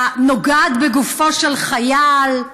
הנוגעת בגופו של חייל.